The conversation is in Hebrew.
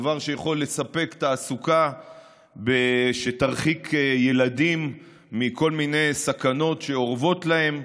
דבר שיכול לספק תעסוקה שתרחיק ילדים מכל מיני סכנות שאורבות להם.